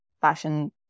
fashion